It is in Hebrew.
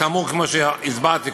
כאמור, כמו שהסברתי קודם,